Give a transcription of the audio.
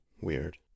weird